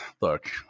Look